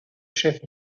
chef